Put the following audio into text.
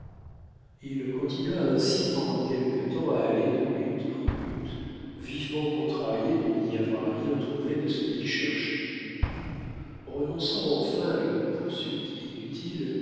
il continua ainsi pendant quelque temps à aller de hutte en hutte vivement contrarié de n'y avoir rien trouvé de ce qu'il cherchait renonçant enfin à une poursuite inutile